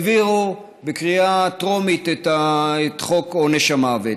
העבירו בקריאה טרומית את חוק עונש המוות.